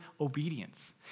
obedience